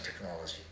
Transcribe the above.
technology